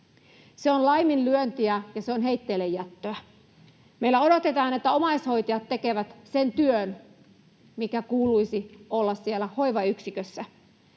Se on laiminlyöntiä, ja se on heitteillejättöä. Meillä odotetaan, että omaishoitajat tekevät sen työn, minkä kuuluisi olla siellä hoivayksikössä,